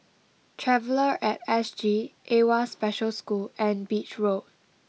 Traveller at S G Awwa Special School and Beach Road